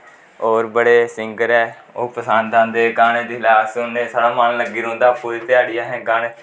होर बड़े सिंगर ऐ ओह् पसंद ऐ गाने अस उंदे जिसलै साढ़ा मन लग्गी रौंह्दा पूरी घ्याढ़ी गाने